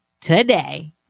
Today